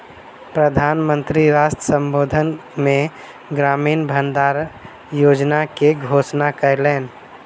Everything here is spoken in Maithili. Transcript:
प्रधान मंत्री राष्ट्र संबोधन मे ग्रामीण भण्डार योजना के घोषणा कयलैन